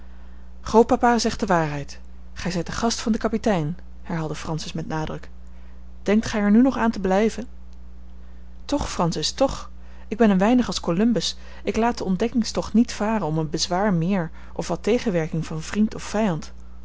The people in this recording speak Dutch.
grootpapa zegt de waarheid gij zijt de gast van den kapitein herhaalde francis met nadruk denkt gij er nu nog aan te blijven toch francis toch ik ben een weinig als columbus ik laat den ontdekkingstocht niet varen om een bezwaar meer of wat tegenwerking van vriend of vijand